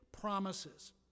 promises